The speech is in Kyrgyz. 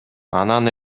анан